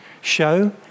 show